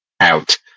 out